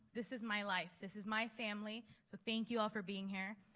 this is my life, this is my family so thank you all for being here